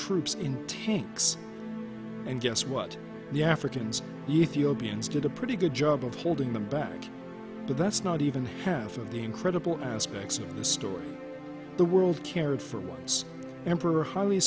troops in tanks and guess what the africans ethiopians did a pretty good job of holding them back but that's not even half of the incredible aspects of the story the world cared for whites emperor haile